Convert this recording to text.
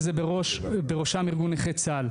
מזעזע.